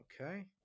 Okay